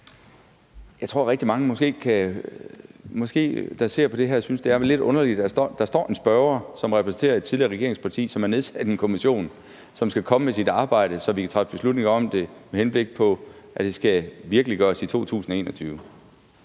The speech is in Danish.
Jeg tror, rigtig mange af dem, der ser på det her, synes, det er lidt underligt, at der står en spørger, som repræsenterer et tidligere regeringsparti, som har nedsat en kommission, som skal komme med sit arbejde, så vi kan træffe beslutning om det, med henblik på at det skal virkeliggøres i 2021,